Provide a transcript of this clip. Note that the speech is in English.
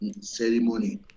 Ceremony